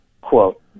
quote